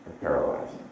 paralyzed